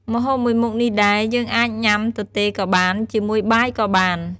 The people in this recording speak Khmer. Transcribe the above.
ម្ហូបមួយមុខនេះដែរ យើងអាចញុាំទទេក៏បាន ជាមួយបាយក៏បាន។